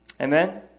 Amen